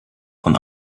von